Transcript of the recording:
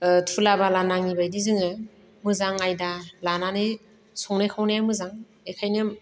थुला बाला नाङिबायदि जोङो मोजां आयदा लानानै संनाय खावनाया मोजां एखायनो